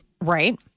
Right